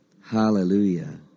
Hallelujah